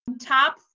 Top